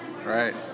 Right